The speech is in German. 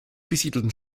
besiedelten